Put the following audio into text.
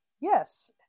yes